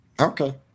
Okay